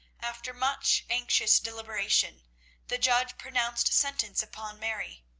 after much anxious deliberation the judge pronounced sentence upon mary.